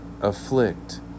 afflict